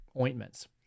ointments